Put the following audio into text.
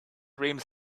rims